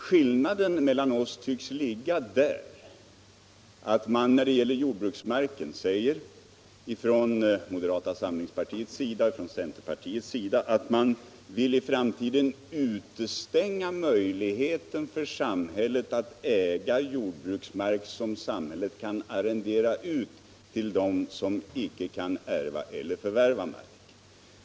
Skillnaden mellan oss tycks ligga i att moderata samlingspartiet och centerpartiet i framtiden vill hindra samhället att äga jordbruksmark, som samhället kan arrendera ut till dem som icke kan ärva eller förvärva mark.